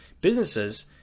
businesses